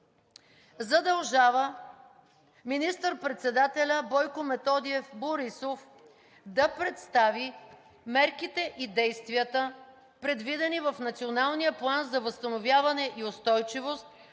Задължава министър-председателя Бойко Методиев Борисов да представи предложенията и мотивите в Националния план за възстановяване и устойчивост,